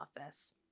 Office